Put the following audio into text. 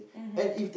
mmhmm